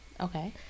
Okay